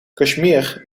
kashmir